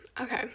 Okay